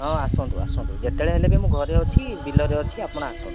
ହଁ ଆସନ୍ତୁ ଆସନ୍ତୁ ଯେତେବେଳେ ହେଲେବି ମୁଁ ଘରେ ଅଛି ବିଲରେ ଅଛି ଆପଣ ଆସନ୍ତୁ